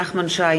נחמן שי,